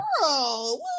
girl